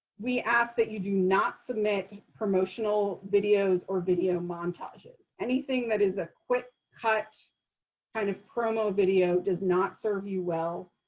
we ask that you do not submit promotional videos or video montages. anything that is a quick cut kind of promo video does not serve you well.